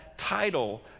title